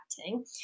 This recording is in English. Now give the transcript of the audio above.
acting